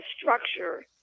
structure